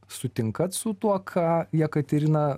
sutinkat su tuo ką jekaterina